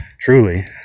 Truly